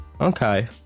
okay